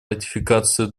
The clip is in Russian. ратификацию